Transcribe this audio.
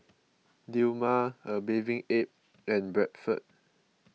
Dilmah A Bathing Ape and Bradford